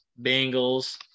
Bengals